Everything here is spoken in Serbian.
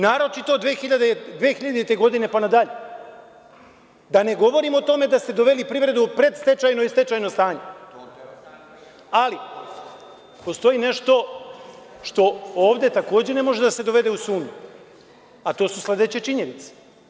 Naročito od 2000. godine pa nadalje, da ne govorim o tome da ste doveli privredu u predstečajno i stečajno stanje, ali postoji nešto što ovde takođe ne može da se dovede u sumnju, a to su sledeće činjenice.